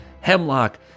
hemlock